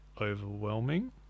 overwhelming